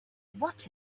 what